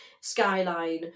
skyline